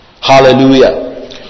Hallelujah